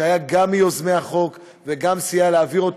שהיה גם מיוזמי החוק וגם סייע להעביר אותו